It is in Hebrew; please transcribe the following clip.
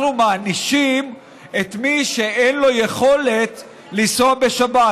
אנחנו מענישים את מי שאין לו יכולת לנסוע בשבת.